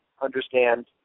understand